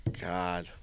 God